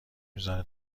میزنه